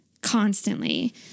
constantly